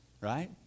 right